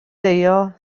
deio